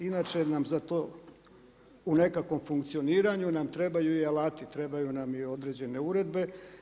Inače nam za to u nekakvom funkcioniranju nam trebaju i alati, trebaju nam i određene uredbe.